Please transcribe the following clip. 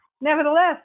nevertheless